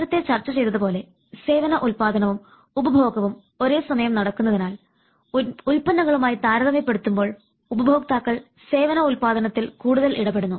നേരത്തെ ചർച്ച ചെയ്തത് പോലെ സേവന ഉൽപ്പാദനവും ഉപഭോഗവും ഒരേ സമയം നടക്കുന്നതിനാൽ ഉൽപ്പന്നങ്ങളുമായി താരതമ്യപ്പെടുത്തുമ്പോൾ ഉപഭോക്താക്കൾ സേവന ഉൽപാദനത്തിൽ കൂടുതൽ ഇടപെടുന്നു